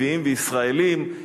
לוויים וישראלים.